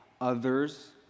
others